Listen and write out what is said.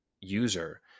user